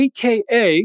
Aka